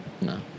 no